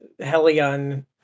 Helion